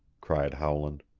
cried howland.